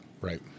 right